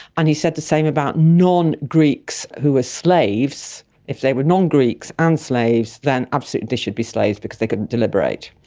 and he said the same about non-greeks who were slaves, if they were non-greeks and slaves then absolutely they should be slaves because they couldn't deliberate.